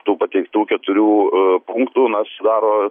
tų pateiktų keturių punktų na sudaro